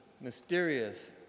mysterious